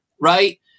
right